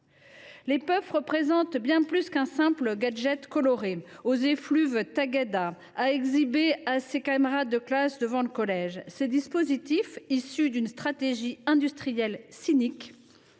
Les puffs représentent bien plus qu’un simple gadget coloré, aux effluves de fraise Tagada, à exhiber à ses camarades de classe devant le collège. Ces dispositifs, issus d’une stratégie industrielle cynique,